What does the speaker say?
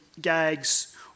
gags